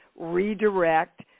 redirect